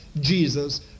Jesus